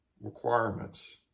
requirements